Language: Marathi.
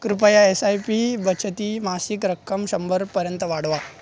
कृपया एस आय पी बचती मासिक रक्कम शंभरपर्यंत वाढवा